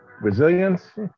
resilience